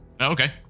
Okay